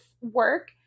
work